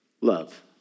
love